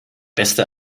beste